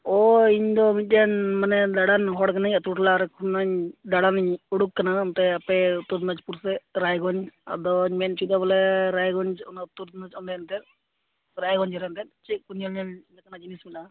ᱚᱻ ᱤᱧ ᱫᱚ ᱢᱤᱫᱴᱮᱱ ᱢᱟᱱᱮ ᱫᱟᱲᱟᱱ ᱦᱚᱲ ᱠᱟᱹᱱᱟᱹᱧ ᱟᱹᱛᱩ ᱴᱚᱞᱟ ᱨᱮ ᱠᱷᱚᱱᱟ ᱤᱧ ᱫᱟᱲᱟᱱᱤᱧ ᱩᱰᱩᱠ ᱟᱠᱟᱱᱟ ᱚᱱᱛᱮ ᱟᱯᱮ ᱩᱛᱛᱚᱨ ᱫᱤᱱᱟᱡᱯᱩᱨ ᱥᱮᱫ ᱨᱟᱭᱜᱚᱧᱡᱽ ᱟᱫᱚᱧ ᱢᱮᱱ ᱚᱪᱚᱭᱮᱫᱟ ᱵᱚᱞᱮ ᱨᱟᱭᱜᱚᱧᱡᱽ ᱚᱱᱟ ᱩᱛᱛᱚᱨ ᱫᱤᱱᱟᱡ ᱚᱸᱰᱮ ᱮᱱᱛᱮᱫ ᱨᱟᱭᱜᱚᱧᱡᱽ ᱨᱮ ᱮᱱᱛᱮᱫ ᱪᱮᱫ ᱠᱚ ᱧᱮᱧᱮᱞ ᱞᱮᱠᱟᱱᱟᱜ ᱡᱤᱥ ᱠᱚ ᱢᱮᱱᱟᱜᱼᱟ